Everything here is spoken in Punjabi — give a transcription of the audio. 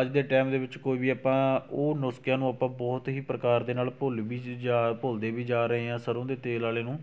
ਅੱਜ ਦੇ ਟਾਈਮ ਦੇ ਵਿੱਚ ਕੋਈ ਵੀ ਆਪਾਂ ਉਹ ਨੁਸਖਿਆਂ ਨੂੰ ਆਪਾਂ ਬਹੁਤ ਹੀ ਪ੍ਰਕਾਰ ਦੇ ਨਾਲ ਭੁੱਲ ਵੀ ਜਾ ਭੁੱਲਦੇ ਵੀ ਜਾ ਰਹੇ ਹਾਂ ਸਰ੍ਹੋਂ ਦੇ ਤੇਲ ਵਾਲੇ ਨੂੰ